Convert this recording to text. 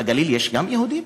בגליל יש גם יהודים,